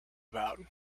about